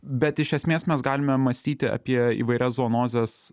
bet iš esmės mes galime mąstyti apie įvairias zoonozes